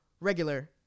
regular